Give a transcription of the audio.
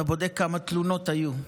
אתה בודק כמה תלונות היו.